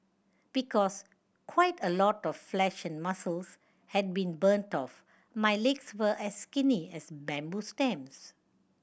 because quite a lot of flesh and muscles had been burnt off my legs were as skinny as bamboo stems